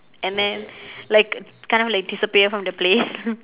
and then like kind of like disappear from the place